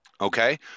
Okay